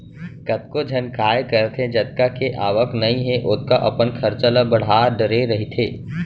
कतको झन काय करथे जतका के आवक नइ हे ओतका अपन खरचा ल बड़हा डरे रहिथे